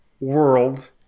world